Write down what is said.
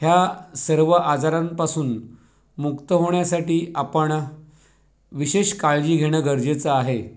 ह्या सर्व आजारांपासून मुक्त होण्यासाठी आपण विशेष काळजी घेणं गरजेचं आहे